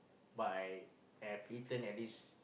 but I have eaten at least